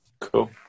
Cool